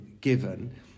given